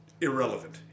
irrelevant